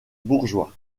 bourgeois